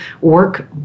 work